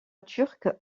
turc